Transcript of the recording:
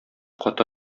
каты